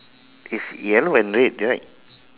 it's yellow and red correct